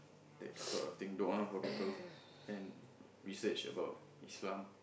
that sort of thing doa for people and research about Islam